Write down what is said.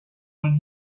when